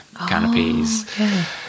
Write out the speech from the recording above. canopies